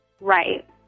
right